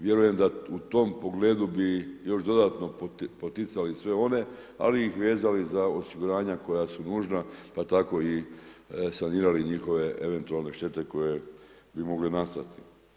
Vjerujem da u tom pogledu bi još dodatno poticali sve one, ali ih vezali za osiguranja koja su nužna, pa tako i sanirali njihove eventualne štete koje bi mogle nastati.